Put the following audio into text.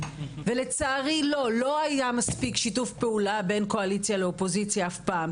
ולצערי לא היה מספיק שיתוף פעולה בין קואליציה לאופוזיציה אף פעם.